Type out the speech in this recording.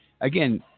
again